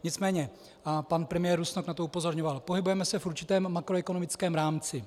Nicméně, a pan premiér Rusnok na to upozorňoval, pohybujeme se v určitém makroekonomickém rámci.